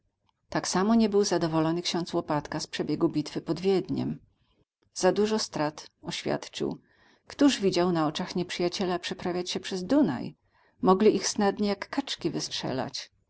tak samo nie był zadowolony ksiądz łopatka z przebiegu bitwy pod wiedniem za dużo strat oświadczył któż widział na oczach nieprzyjaciela przeprawiać się przez dunaj mogli ich snadnie jak kaczki wystrzelać